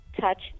touch